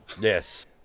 Yes